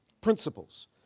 principles